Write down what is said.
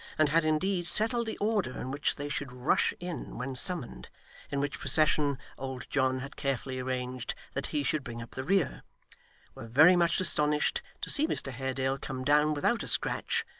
and had indeed settled the order in which they should rush in when summoned in which procession old john had carefully arranged that he should bring up the rear were very much astonished to see mr haredale come down without a scratch,